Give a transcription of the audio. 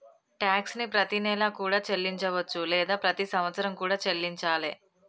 tax ని ప్రతినెలా కూడా చెల్లించవచ్చు లేదా ప్రతి సంవత్సరం కూడా చెల్లించాలే